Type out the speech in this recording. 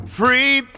free